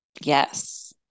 Yes